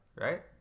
right